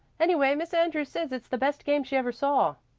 anyway miss andrews says it's the best game she ever saw.